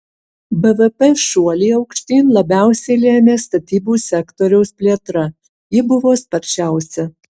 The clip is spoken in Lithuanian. bvp šuolį aukštyn labiausiai lėmė statybų sektoriaus plėtra ji buvo sparčiausia